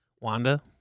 Wanda